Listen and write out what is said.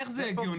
איך זה הגיוני?